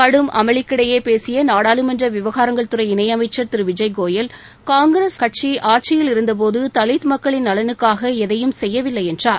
கடும் அமளிக்கிடையே பேசிய நாடாளுமன்ற விவகாரங்கள் துறை இணை அமைச்சர் திரு விஜய் கோயல் காங்கிரஸ் கட்சி ஆட்சியில் இருந்த போது தலித் மக்களின் நலனுக்காக எதையும் செய்யவில்லை என்றார்